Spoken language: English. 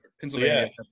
Pennsylvania